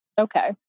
Okay